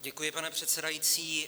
Děkuji, pane předsedající.